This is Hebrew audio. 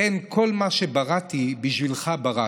"הן כל מה שבראתי, בשבילך בראתי.